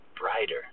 brighter